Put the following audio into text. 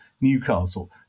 Newcastle